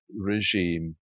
regime